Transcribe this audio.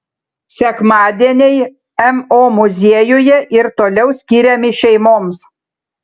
sekmadieniai mo muziejuje ir toliau skiriami šeimoms